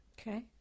Okay